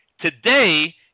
Today